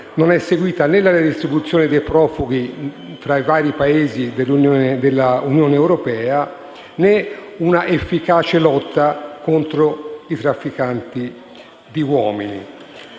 sono seguite né la redistribuzione dei profughi nei Paesi dell'Unione europea né una efficace lotta contro i trafficanti di uomini.